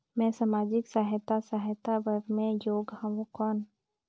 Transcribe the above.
मैं समाजिक सहायता सहायता बार मैं योग हवं कौन?